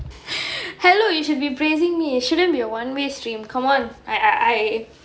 hello you should be praising me it shouldn't be a one way stream come one I I I